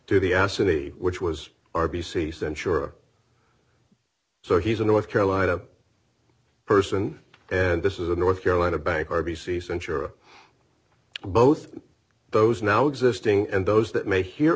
to the absentee which was r b c censure so he's a north carolina person and this is a north carolina bank r b c censure both those now existing and those that may he